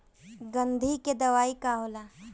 गंधी के दवाई का होला?